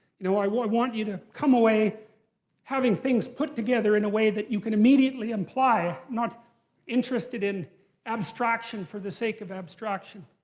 you know i want i want you to come away having things put together in a way that you can immediately apply it. not interested in abstraction for the sake of abstraction.